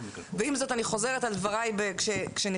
ועם זאת אני חוזרת על דבריי כשנכנסתי,